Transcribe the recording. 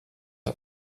das